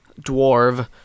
dwarf